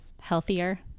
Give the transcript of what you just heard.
healthier